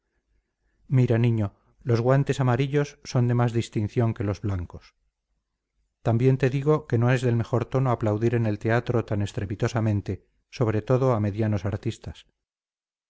mira niño los guantes amarillos son de más distinción que los blancos también te digo que no es del mejor tono aplaudir en el teatro tan estrepitosamente sobre todo a medianos artistas